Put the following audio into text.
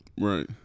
Right